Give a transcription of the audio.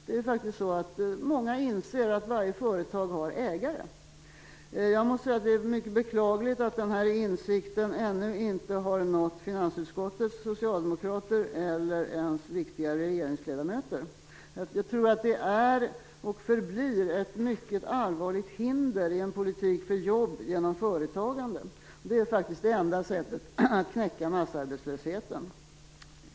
Det är faktiskt så att många inser att varje företag har ägare. Jag måste säga att det är mycket beklagligt att den här insikten ännu inte har nått finansutskottets socialdemokrater eller ens viktiga regeringsledamöter. Jag tror att det är och förblir ett mycket allvarligt hinder i en politik till jobb genom företagande. Det är faktiskt det enda sättet att knäcka massarbetslösheten.